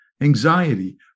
anxiety